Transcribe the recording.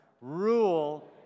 rule